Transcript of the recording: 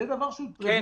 לא, זה הדוח התקופתי.